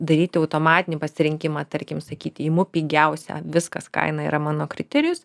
daryti automatinį pasirinkimą tarkim sakyti imu pigiausią viskas kaina yra mano kriterijus